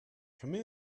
come